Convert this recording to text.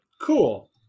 Cool